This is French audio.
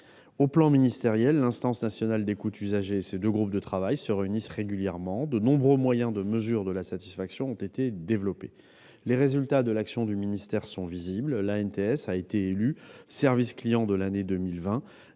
l'échelon ministériel, l'instance nationale d'écoute « usagers » et ses deux groupes de travail se réunissent régulièrement. De nombreux moyens de mesure de la satisfaction ont été développés. Les résultats de l'action du ministère sont visibles : l'ANTS a ainsi été élue service client de l'année 2020,